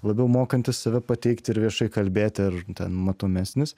labiau mokantis save pateikt ir viešai kalbėti ar ten matomesnis